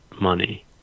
money